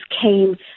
came